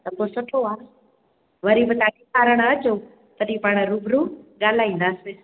त पोइ सुठो आहे वरी बि तव्हां ॾेखारणु अचो पाण रुबरू ॻाल्हाईंदासीं